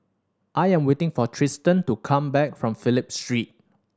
I am waiting for Trystan to come back from Phillip Street